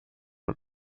und